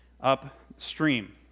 upstream